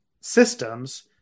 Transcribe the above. systems